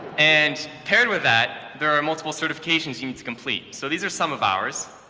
and paired with that, there are multiple certifications you need to complete. so these are some of ours